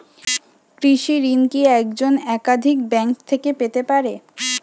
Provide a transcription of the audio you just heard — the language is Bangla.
কৃষিঋণ কি একজন একাধিক ব্যাঙ্ক থেকে পেতে পারে?